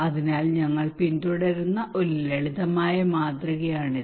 അതിനാൽ ഞങ്ങൾ പിന്തുടരുന്ന ഒരു ലളിതമായ മാതൃകയാണിത്